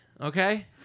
okay